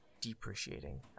depreciating